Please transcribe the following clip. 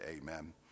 amen